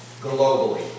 globally